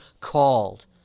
called